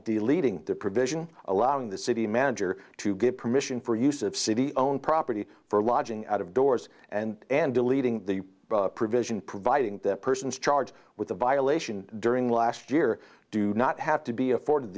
provision allowing the city manager to give permission for use of city own property for lodging out of doors and and deleting the provision providing that persons charged with a violation during last year do not have to be afforded